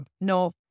No